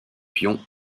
pion